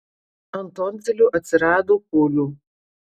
ant tonzilių atsirado pūlių